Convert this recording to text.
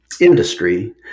Industry